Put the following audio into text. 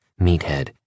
meathead